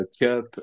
cup